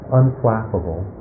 unflappable